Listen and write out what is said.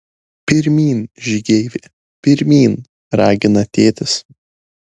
pirmyn žygeivi pirmyn ragina tėtis